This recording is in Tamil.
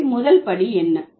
எனவே முதல் படி என்ன